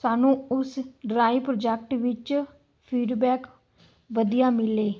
ਸਾਨੂੰ ਉਸ dry project ਵਿੱਚ ਫੀਡਬੈਕ ਵਧੀਆ ਮਿਲੇ